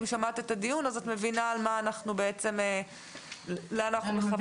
אם שמעת את הדיון, את מבינה לאן אנחנו מכוונים.